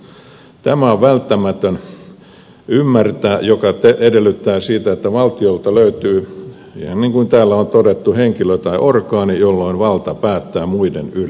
tämä on välttämätöntä ymmärtää mikä edellyttää sitä että valtiolta löytyy ihan niin kuin täällä on todettu henkilö tai orgaani jolla on valta päättää muiden yli